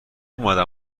اومدم